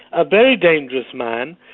a very dangerous man,